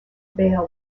bail